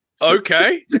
Okay